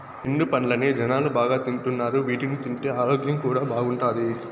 ఎండు పండ్లనే జనాలు బాగా తింటున్నారు వీటిని తింటే ఆరోగ్యం కూడా బాగుంటాది